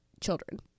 children